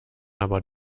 aber